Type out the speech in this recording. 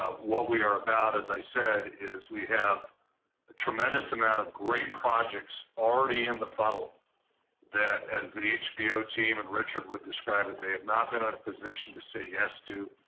ah what we are about, as i said is, we have a tremendous amount of great projects already in the funnel that as the hbo team and richard would describe it, they have not been in a position to say yes to,